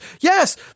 yes